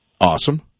Awesome